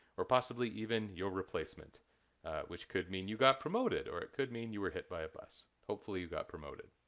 or possibly even your replacement which could mean you got promoted! or it could mean you were hit by a bus. hopefully you got promoted.